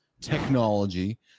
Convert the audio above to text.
technology